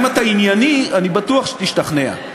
אם אתה ענייני אני בטוח שתשתכנע.